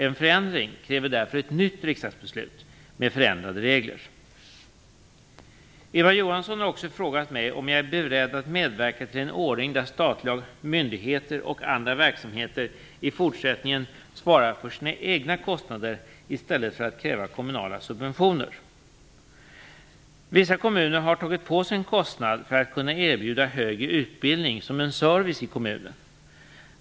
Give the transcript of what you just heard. En förändring kräver därför ett nytt riksdagsbeslut med förändrade regler. Eva Johansson har också frågat mig om jag är "beredd att medverka till en ordning där statliga myndigheter och andra verksamheter i fortsättningen svarar för sina egna kostnader i stället för att kräva kommunala subventioner". Vissa kommuner har tagit på sig en kostnad för att kunna erbjuda högre utbildning som en service i kommunen.